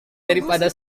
daripada